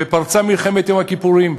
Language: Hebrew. ופרצה מלחמת יום הכיפורים,